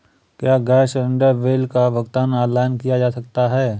क्या gas cylinder bill का भुगतान ऑनलाइन किया जा सकता है?